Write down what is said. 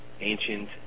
ancient